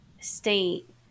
State